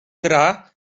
gra